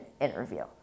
interview